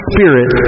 Spirit